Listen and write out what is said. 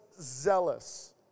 zealous